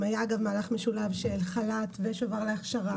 אם היה גם מהלך משולב של חל"ת ושובר להכשרה